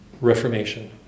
Reformation